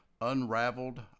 unraveled